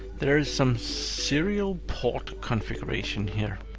there's some serial port configuration here.